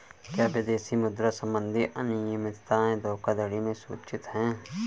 क्या विदेशी मुद्रा संबंधी अनियमितताएं धोखाधड़ी में सूचित हैं?